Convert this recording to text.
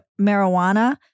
marijuana